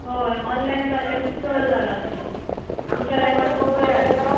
हय ओनलायन जाल्ल्याकूच चड जाल्या अशें आमच्या टायमार खूब बरें आसलें